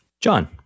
John